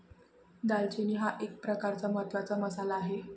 दालचिनी हा एक प्रकारचा महत्त्वाचा मसाला आहे